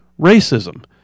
racism